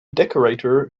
decorator